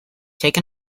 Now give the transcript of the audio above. take